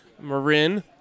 marin